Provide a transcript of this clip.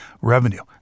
revenue